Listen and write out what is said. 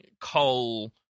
coal